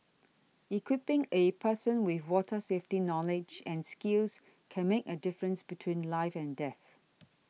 equipping a person with water safety knowledge and skills can make a difference between life and death